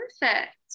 Perfect